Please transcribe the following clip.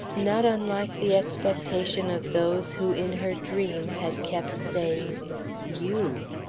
not unlike the expectation of those who in her dream had kept saying you.